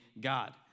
God